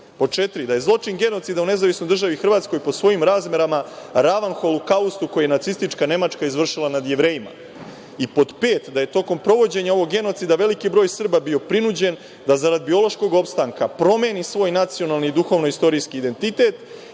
četiri, da je zločin genocida u Nezavisnoj državi Hrvatskoj po svojim razmerama ravan Holokaustu koji je nacistička Nemačka izvršila nad Jevrejima; Pod pet, da je tokom provođenja ovog genocida veliki broj Srba bio prinuđen da zarad biološkog opstanka promeni svoj nacionalni i duhovno-istorijski identitet